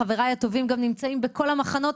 חבריי הטובים גם נמצאים בכל המחנות.